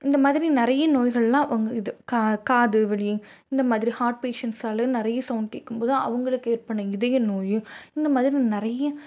இந்தமாதிரி நிறைய நோய்கள்லாம் வங்கு இது கா காது வலி இந்தமாதிரி ஹார்ட் பேஷண்ட்ஸால் நிறைய சவுண்ட் கேட்கும்போது அவங்களுக்கு ஏற்பன இதய நோய் இந்தமாதிரி நிறைய